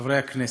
חברי הכנסת,